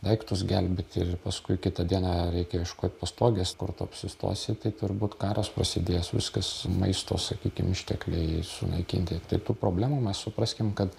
daiktus gelbėti ir paskui kitą dieną reikia ieškoti pastogės kur tu apsistosi tai turbūt karas prasidės viskas maisto sakykim ištekliai sunaikinti tai tų problemų mes supraskim kad